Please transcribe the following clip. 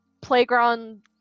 playground